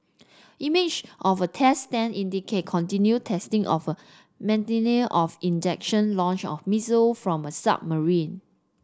image of a test stand indicated continued testing of a mechanism for ejection launch of missile from a submarine